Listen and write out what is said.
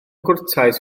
gwrtais